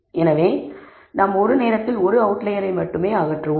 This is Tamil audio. எனவே நாம் ஒரு நேரத்தில் ஒரு அவுட்லயரை மட்டுமே அகற்றுவோம்